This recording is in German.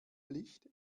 licht